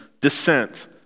descent